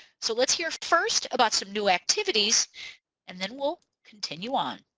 so let's hear first about some new activities and then we'll continue on.